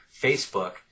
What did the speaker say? Facebook